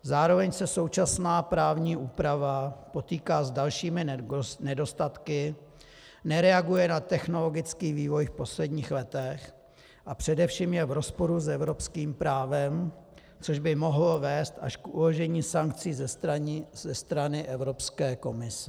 Zároveň se současná právní úprava potýká s dalšími nedostatky, nereaguje na technologický vývoj v posledních letech a především je v rozporu s evropským právem, což by mohlo vést až k uložení sankcí ze strany Evropské komise.